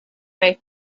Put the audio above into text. may